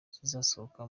zizasohoka